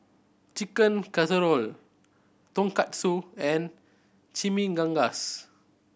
Chicken Casserole Tonkatsu and Chimichangas